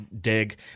Dig